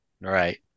right